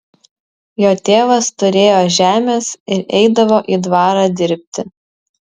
jo tėvas turėjo žemės ir eidavo į dvarą dirbti